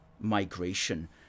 migration